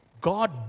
God